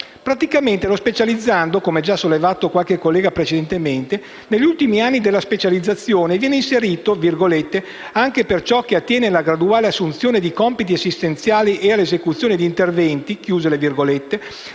Praticamente lo specializzando, come ha già sottolineato qualche collega in precedenza, negli ultimi anni della specializzazione, viene inserito «anche per ciò che attiene alla graduale assunzione di compiti assistenziali e all'esecuzione di interventi» nell'attività